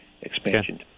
expansion